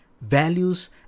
values